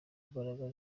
imbaraga